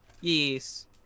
Yes